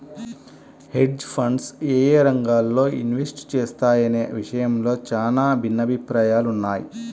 hedge funds యేయే రంగాల్లో invest చేస్తాయనే విషయంలో చానా భిన్నాభిప్రాయాలున్నయ్